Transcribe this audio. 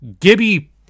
Gibby